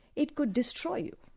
it could destroy you.